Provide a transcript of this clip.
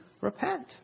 repent